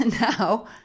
now